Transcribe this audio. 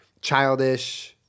childish